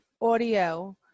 audio